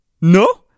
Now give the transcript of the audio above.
No